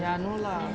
ya no lah